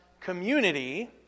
community